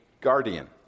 guardian